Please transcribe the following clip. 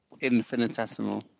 infinitesimal